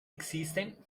existen